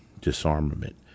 Disarmament